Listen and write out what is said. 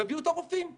תביאו את הרופאים.